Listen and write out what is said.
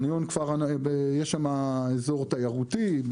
יש שם אזור תיירותי,